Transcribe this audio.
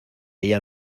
ella